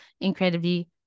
incredibly